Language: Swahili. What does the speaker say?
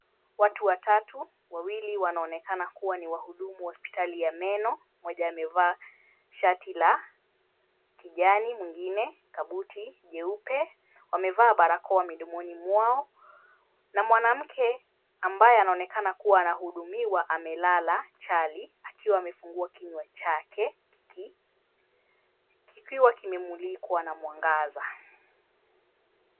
Watu watatu wawili wanaonekana kuwa ni wahudumu wa hosipitali ya meno, mmoja amevaa shati la kijani, mwingine kabuti jeupe, wamevaa barakoa midomoni mwao na mwanamke ambaye anaonekana kuwa anahudumiwa amelala chali akiwa amefungua kinywa chake kikiwa kimemulikwa na mwangaza.